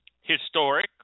historic